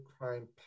crime